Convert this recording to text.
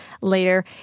later